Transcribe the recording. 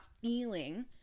feeling